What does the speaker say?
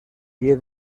pie